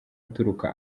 aturuka